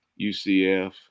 UCF